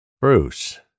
Bruce